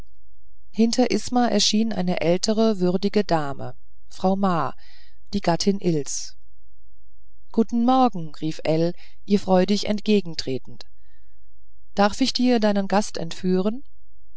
hinter isma erschien eine ältere würdige dame frau ma die gattin ills guten morgen rief ell ihr freudig entgegentretend darf ich dir deinen gast entführen